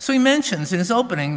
so he mentions in his opening